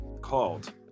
called